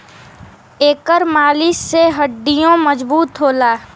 एकर मालिश से हड्डीयों मजबूत होला